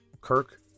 Kirk